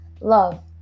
love